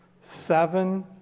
Seven